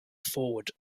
forward